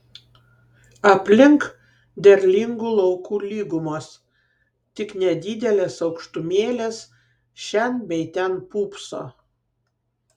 aplink derlingų laukų lygumos tik nedidelės aukštumėlės šen bei ten pūpso